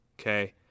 Okay